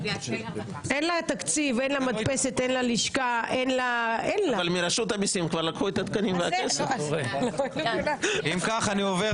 6. מי נמנע?